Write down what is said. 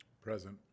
Present